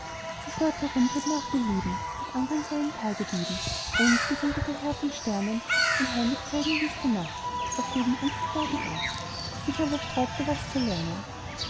sich dort herumtrieb nach belieben mit andern kleinen tagedieben und bis ihm durch ihr heer von sternen den heimweg zeigen ließ die nacht auf jeden unfug war bedacht sich aber sträubte was zu lernen